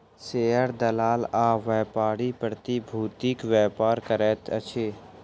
share दलाल आ व्यापारी प्रतिभूतिक व्यापार करैत अछि